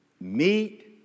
meat